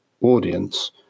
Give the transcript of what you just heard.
audience